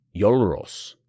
Yolros